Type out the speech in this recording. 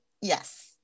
yes